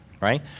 right